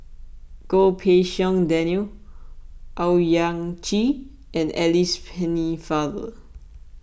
Goh Pei Siong Daniel Owyang Chi and Alice Pennefather